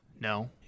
no